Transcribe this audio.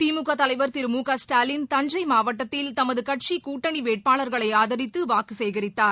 திமுக தலைவர் திரு மு க ஸ்டாலின் தஞ்சை மாவட்டத்தில் தமது கட்சி கூட்டணி வேட்பாளர்களை ஆதரித்து வாக்கு சேகரித்தார்